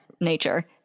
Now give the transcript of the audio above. nature